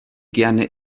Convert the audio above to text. gerne